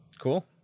Cool